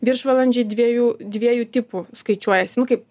viršvalandžiai dviejų dviejų tipų skaičiuojasi nu kaip